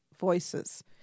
voices